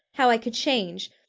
how i could change,